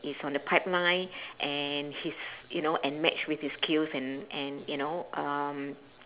is on the pipeline and his you know and match with his skills and and you know um